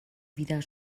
wieder